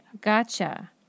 Gotcha